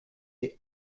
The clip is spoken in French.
des